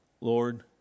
Lord